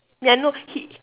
ya I know he